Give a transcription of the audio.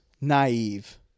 naive